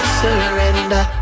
surrender